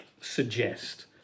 suggest